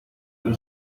pero